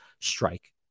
strike